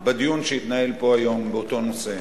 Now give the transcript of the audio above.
נוסף על הדיון שהתנהל פה היום באותו נושא.